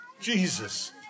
Jesus